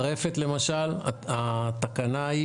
ברפת למשל, התקנה היא